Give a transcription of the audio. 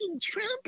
Trump